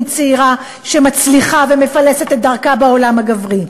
צעירה שמצליחה ומפלסת את דרכה בעולם הגברי.